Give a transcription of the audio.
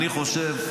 אני חושב,